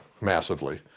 massively